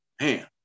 man